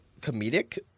comedic